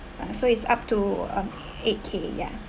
uh so it's up to um eight K ya